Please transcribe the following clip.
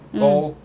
mm